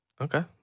okay